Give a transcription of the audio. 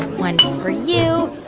one for you.